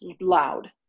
loud